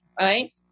right